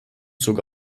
zog